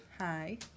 Hi